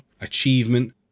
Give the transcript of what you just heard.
achievement